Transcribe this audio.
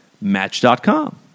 Match.com